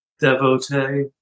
devotee